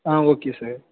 ah okay sir